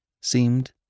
seemed